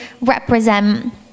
represent